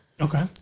Okay